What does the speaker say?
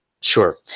Sure